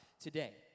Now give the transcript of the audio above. today